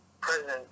President